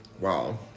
wow